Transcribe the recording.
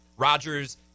Rodgers